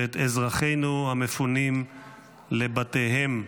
ואת אזרחינו המפונים, לבתיהם.